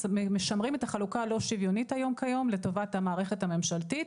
את החלוקה הלא שוויונית היום לטובת המערכת הממשלתית,